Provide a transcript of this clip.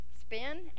spin